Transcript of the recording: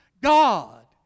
God